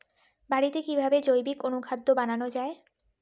বাড়িতে কিভাবে জৈবিক অনুখাদ্য বানানো যায়?